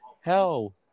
Hell